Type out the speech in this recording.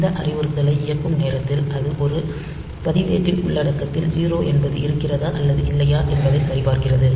இந்த அறிவுறுத்தலை இயக்கும் நேரத்தில் அது ஒரு பதிவின் உள்ளடக்கத்தில் 0 என்பது இருக்கிறதா அல்லது இல்லையா என்பதை சரிபார்க்கிறது